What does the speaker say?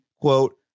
quote